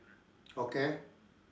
okay